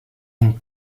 une